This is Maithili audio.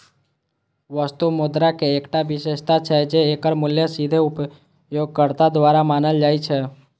वस्तु मुद्राक एकटा विशेषता छै, जे एकर मूल्य सीधे उपयोगकर्ता द्वारा मानल जाइ छै